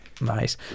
Nice